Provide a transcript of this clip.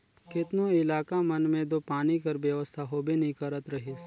केतनो इलाका मन मे दो पानी कर बेवस्था होबे नी करत रहिस